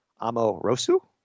Amoroso